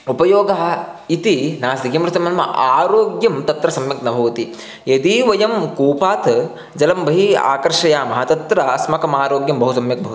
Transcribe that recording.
उपयोगः इति नास्ति किमर्थं नाम आरोग्यं तत्र सम्यक् न भवति यदि वयं कूपात् जलं बहिः आकर्षयामः तत्र अस्माकम् आरोग्यं बहु सम्यक् भवति